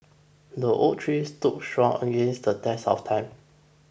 the oak tree stood strong against the test of time